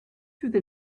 through